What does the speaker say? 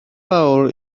fawr